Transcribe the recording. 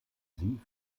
sie